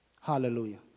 Hallelujah